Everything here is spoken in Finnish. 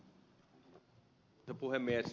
herra puhemies